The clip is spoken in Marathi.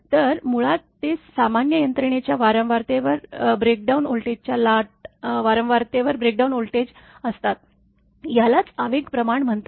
तर मुळात ते सामान्य यंत्रणेच्या वारंवारतेवर ब्रेकडाउन व्होल्टेजच्या लाट वारंवारतेत ब्रेकडाउन व्होल्टेज असतात यालाच आवेग प्रमाण म्हणतात